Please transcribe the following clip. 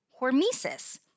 hormesis